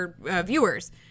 viewers